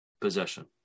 possession